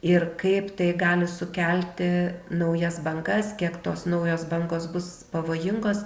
ir kaip tai gali sukelti naujas bangas kiek tos naujos bangos bus pavojingos